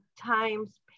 times